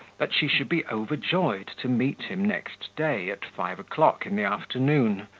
that she should be overjoyed to meet him next day, at five o'clock in the afternoon,